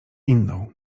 inną